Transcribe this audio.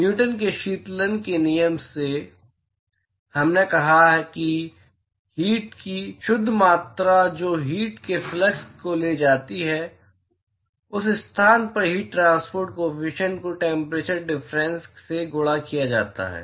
Newton के शीतलन के नियम से हमने कहा कि हीट की शुद्ध मात्रा जो हीट के फ्लक्स को ले जाती है उस स्थान पर हीट ट्रांसपोर्ट काॅफिशियंट को टेम्परेचर डिफरेंस से गुणा किया जाता है